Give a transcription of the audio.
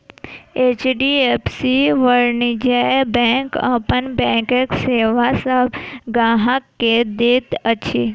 HDFC वाणिज्य bank अपन बैंकक सेवा सभ ग्राहक के दैत अछि